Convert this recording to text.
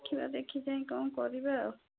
ଦେଖିବା ଦେଖିଚାହିଁ କ'ଣ କରିବା ଆଉ